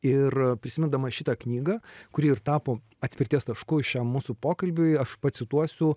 ir prisimindamas šitą knygą kuri ir tapo atspirties tašku šiam mūsų pokalbiui aš pacituosiu